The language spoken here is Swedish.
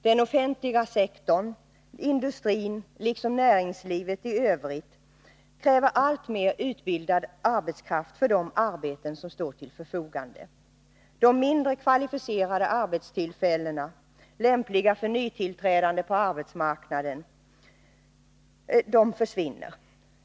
Den offentliga sektorn, industrin liksom näringslivet i övrigt kräver alltmer utbildad arbetskraft för de arbeten som står till förfogande. De mindre kvalificerade arbetena, lämpliga för nytillträdande på arbetsmarknaden, försvinner.